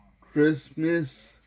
Christmas